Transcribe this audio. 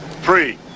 Free